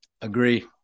Agree